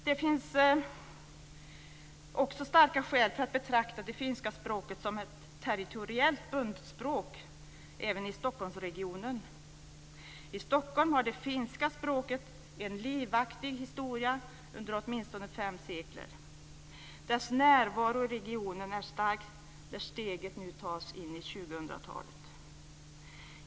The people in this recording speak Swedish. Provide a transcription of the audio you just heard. Det finns också starka skäl för att betrakta det finska språket som ett territoriellt bundet språk även i Stockholmsregionen. I Stockholm har det finska språket en livaktig historia under åtminstone fem sekler. Dess närvaro i regionen är stark när steget nu tas in i 2000-talet.